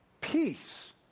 peace